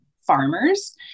farmers